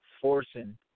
forcing